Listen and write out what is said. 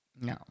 No